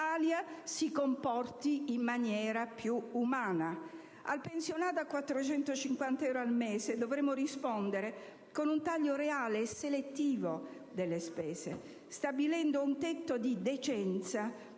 Al pensionato a 450 euro al mese dovremo rispondere con un taglio reale e selettivo delle spese, stabilendo un tetto di decenza